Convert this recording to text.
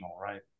right